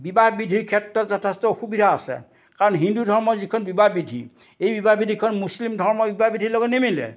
বিবাহ বিধিৰ ক্ষেত্ৰত যথেষ্ট অসুবিধা আছে কাৰণ হিন্দু ধৰ্মৰ যিখন বিবাহ বিধি এই বিবাহ বিধিখন মুছলিম ধৰ্মৰ বিবাহ বিধিৰ লগত নিমিলে